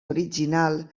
original